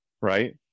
Right